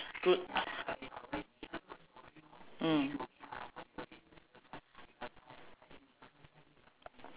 good mm